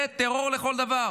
זה טרור לכל דבר.